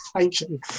ancient